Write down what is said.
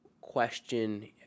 question